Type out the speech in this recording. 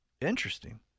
Interesting